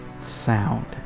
sound